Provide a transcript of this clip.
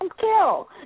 kill